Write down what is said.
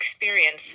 experience